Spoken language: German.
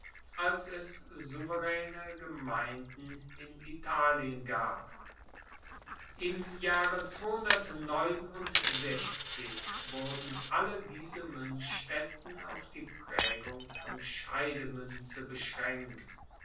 als es souveraene gemeinden in italien gab im jahre wurden alle diese muenzstaetten auf die praegung von scheidemuenze beschraenkt